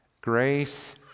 grace